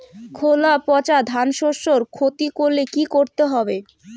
খোলা পচা ধানশস্যের ক্ষতি করলে কি করতে হবে?